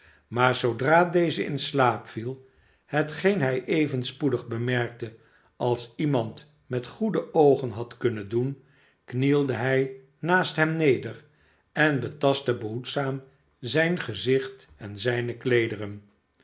maar zoodra deze in slaap viel hetgeen hij even spoedig bemerkte als iemand met goede oogen had kunnen doen knielde hij naast hem neder en betastte behoedzaam zijn gezicht en zijne kleederen